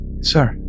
sir